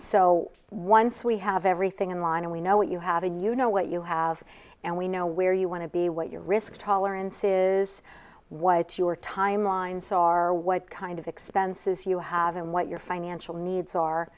so once we have everything in line and we know what you have a you know what you have and we know where you want to be what your risk tolerance is what your timelines are what kind of expenses you have and what your financial needs are